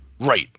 Right